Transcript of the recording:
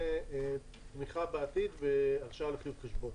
וכן תמיכה בעתיד והרשאה על חיוב חשבון.